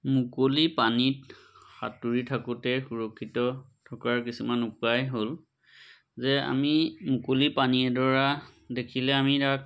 মুকলি পানীত সাঁতুৰি থাকোঁতে সুৰক্ষিত থকাৰ কিছুমান উপায় হ'ল যে আমি মুকলি পানী এডৰা দেখিলে আমি তাক